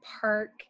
park